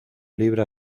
libre